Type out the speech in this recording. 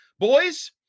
boys